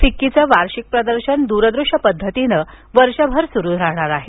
फिक्कीचं वार्षिक प्रदर्शन द्रदृश्य पद्धतीने वर्षभर सुरु राहणार आहे